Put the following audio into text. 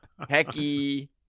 Hecky